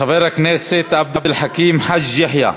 חבר הכנסת עבד אל חכים חאג' יחיא.